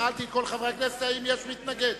שאלתי את כל חברי הכנסת אם יש מתנגד.